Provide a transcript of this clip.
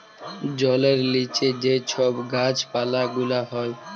জলের লিচে যে ছব গাহাচ পালা গুলা হ্যয়